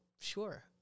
sure